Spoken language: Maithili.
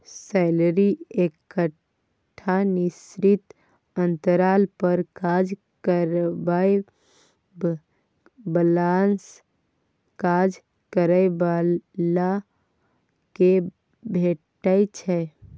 सैलरी एकटा निश्चित अंतराल पर काज करबाबै बलासँ काज करय बला केँ भेटै छै